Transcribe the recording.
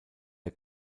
der